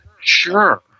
Sure